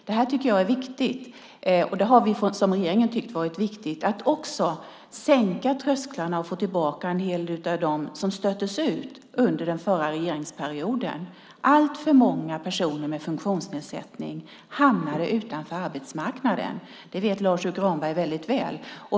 Det här tycker jag är viktigt, och regeringen har tyckt att det har varit viktigt att också sänka trösklarna och få tillbaka en hel del av dem som stöttes ut under den förra regeringsperioden. Alltför många personer med funktionsnedsättning hamnade utanför arbetsmarknaden, det vet Lars U Granberg väldigt väl.